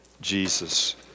Jesus